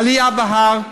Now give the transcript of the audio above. עלייה בהר,